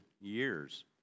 years